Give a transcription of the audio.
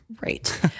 Right